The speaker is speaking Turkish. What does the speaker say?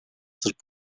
sırp